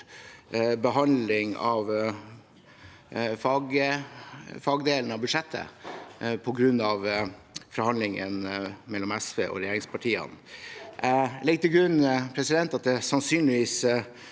behandlingstid av fagdelen av budsjettet, på grunn av forhandlingene mellom SV og regjeringspartiene. Jeg legger til grunn at det sannsynligvis